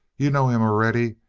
you know him already,